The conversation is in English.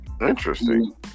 Interesting